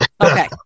Okay